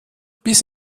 bis